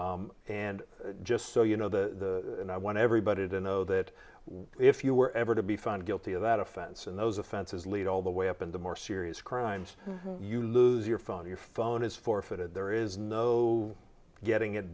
yeah and just so you know the and i want everybody to know that if you were ever to be found guilty of that offense and those offenses lead all the way up into more serious crimes you lose your phone your phone is forfeited there is no getting it